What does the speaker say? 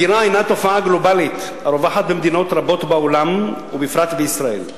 הגירה הינה תופעה גלובלית הרווחת במדינות רבות בעולם ובפרט בישראל.